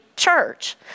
church